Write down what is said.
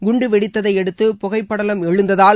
குண்டு வெடித்ததை அடுத்து புகைப்படலம் எழுந்ததால்